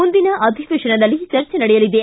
ಮುಂದಿನ ಅಧಿವೇಶನದಲ್ಲಿ ಚರ್ಚೆ ನಡೆಯಲಿದೆ